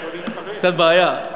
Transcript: קצת בעיה.